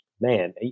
man